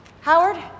Howard